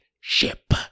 ship